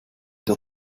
der